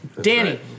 Danny